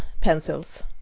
pencils